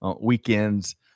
weekends